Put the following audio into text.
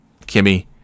Kimmy